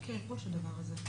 בפעול האוכלוסייה הזאת,